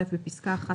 בפסקה (1),